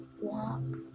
Walk